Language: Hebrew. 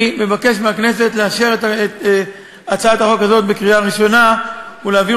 אני מבקש מהכנסת לאשר את הצעת החוק הזאת בקריאה ראשונה ולהעביר